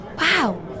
Wow